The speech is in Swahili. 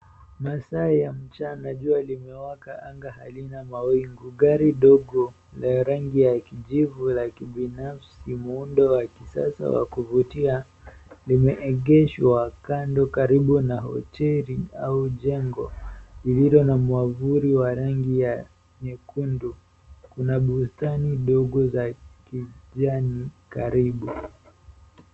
Masaa ya mchana jua limewaka angaa halina mawingu, gari ndogo ya rangi ya kijivu la kibinafsi muundo wa kisasa wa kuvutia limeegeshwa kando karibu na hoteli au jengo, lililo na mwavuli wa rangi ya nyekundu. Kuna bustani ndogo za kijani karibu.